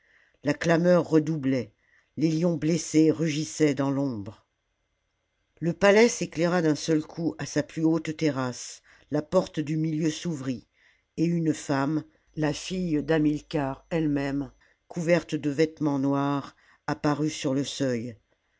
la clameur redoublait les hons blessés rugissaient dans l'ombre le palais s'éclaira d'un seul coup à sa plus haute terrasse la porte du milieu s'ouvrit et une femme la fille d'hamilcar elle-même couverte de vêtements noirs apparut sur le seuil